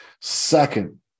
Second